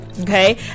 Okay